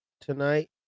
tonight